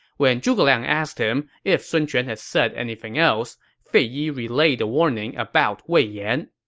when zhuge liang asked him if sun quan had said anything else, fei yi relayed the warning about wei yan